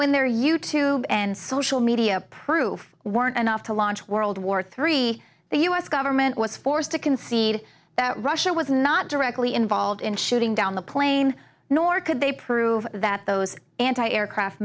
in their you tube and social media proof weren't enough to launch world war three the u s government was forced to concede that russia was not directly involved in shooting down the plane nor could they prove that those anti aircraft